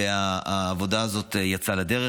והעבודה הזאת יצאה לדרך,